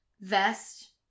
vest